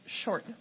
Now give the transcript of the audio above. short